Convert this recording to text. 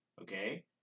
okay